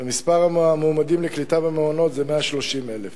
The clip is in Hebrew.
ומספר המועמדים לקליטה במעונות זה 130,000,